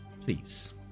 Please